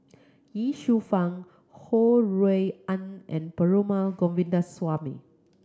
Ye Shufang Ho Rui An and Perumal Govindaswamy